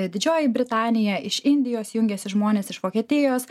didžioji britanija iš indijos jungiasi žmonės iš vokietijos